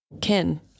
kin